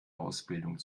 ausbildung